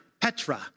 petra